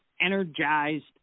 energized